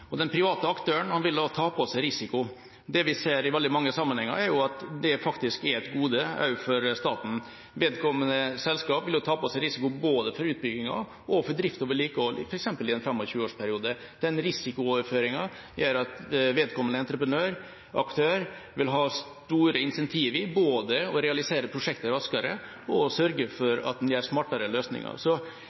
og den private aktøren vil ta på seg risiko. Det vi ser i veldig mange sammenhenger, er at det faktisk er et gode også for staten. Vedkommende selskap vil ta på seg risiko både for utbygging, drift og vedlikehold f.eks. i en 25-årsperiode. Den risikooverføringa gjør at vedkommende entreprenør, aktør, vil ha store incentiv både for å realisere prosjekt raskere og for å sørge for smartere løsninger.